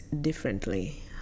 differently